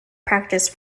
practice